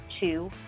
two